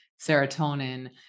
serotonin